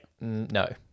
No